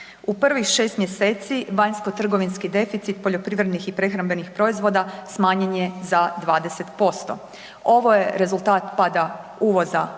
U prvih 6 mj. vanjsko-trgovinski deficit poljoprivrednih i prehrambenih proizvoda smanjen je za 60%. Ovo je rezultat pada uvoza